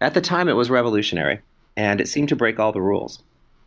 at the time it was revolutionary and it seemed to break all the rules